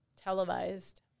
televised